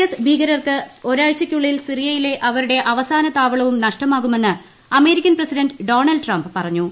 S ഭീകരർക്ക് ഒരാഴ്ചക്കുള്ളിൽ സിറിയയിലെ അവരുടെ അവസാന താവളവും നഷ്ടമാകുമെന്ന് അമേരിക്കൻ പ്രസിഡന്റ് ഡൊണൾഡ് ട്രംപ് പറഞ്ഞു